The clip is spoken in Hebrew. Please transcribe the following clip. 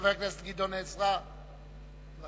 חבר הכנסת גדעון עזרא, בבקשה.